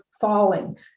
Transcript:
falling